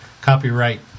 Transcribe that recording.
copyright